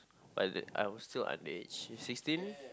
I was still underage sixteen